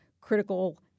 critical